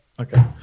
Okay